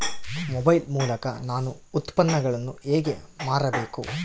Mobile ಮೂಲಕ ನಾನು ಉತ್ಪನ್ನಗಳನ್ನು ಹೇಗೆ ಮಾರಬೇಕು?